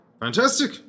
Fantastic